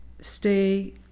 stay